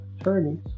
attorneys